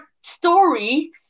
story